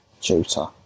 tutor